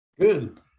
Good